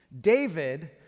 David